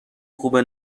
خوبه